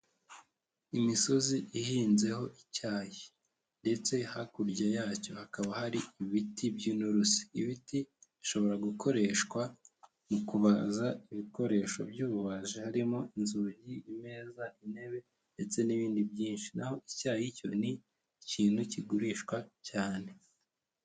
Imisozi ihinzeho icyayi ndetse hakurya yacyo hakaba hari ibiti by'inturuse. Ibiti bishobora gukoreshwa mu kubaza ibikoresho by'ububaji, harimo inzugi, imeza, intebe ndetse n'ibindi byinshi. Naho icyayi cyo ni ikintu kigurishwa cyane.